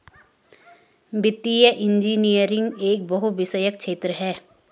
वित्तीय इंजीनियरिंग एक बहुविषयक क्षेत्र है